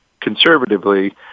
conservatively